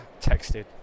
texted